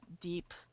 deep